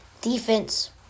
defense